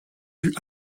vue